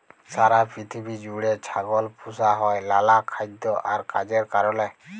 সারা পিথিবী জুইড়ে ছাগল পুসা হ্যয় লালা খাইদ্য আর কাজের কারলে